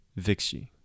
Vixie